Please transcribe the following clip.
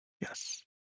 yes